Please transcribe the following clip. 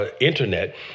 internet